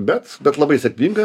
bet bet labai sėkminga